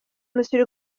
monsieur